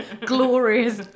glorious